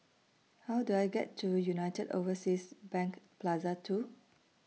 How Do I get to United Overseas Bank Plaza two